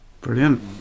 Brilliant